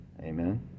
Amen